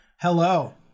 Hello